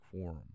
forum